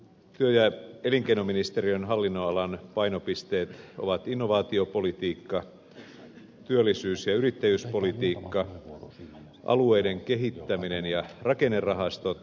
työ ja elinkeinoministeriön hallinnonalan painopisteet ovat innovaatiopolitiikka työllisyys ja yrittäjyyspolitiikka alueiden kehittäminen ja rakennerahastot sekä energiapolitiikka